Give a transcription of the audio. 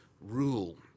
rule